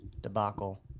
debacle